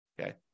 Okay